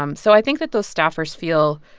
um so i think that those staffers feel,